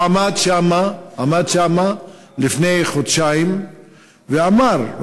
הוא עמד שם לפני חודשיים ואמר,